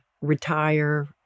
retire